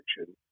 action